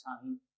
time